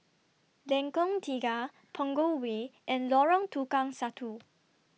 Lengkong Tiga Punggol Way and Lorong Tukang Satu